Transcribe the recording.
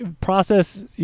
process